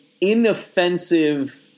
inoffensive